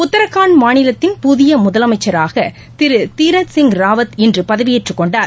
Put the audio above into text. உத்தராகண்ட் மாநிலத்தின் புதிய முதலமைச்சராக திரு தீரத் சிங் ராவத் இன்று பதவியேற்றுக் கொண்டார்